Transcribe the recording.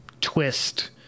twist